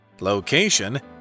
Location